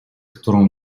którą